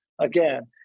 again